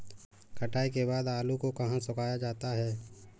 कटाई के बाद आलू को कहाँ सुखाया जाता है?